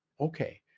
okay